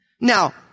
Now